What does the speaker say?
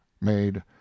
made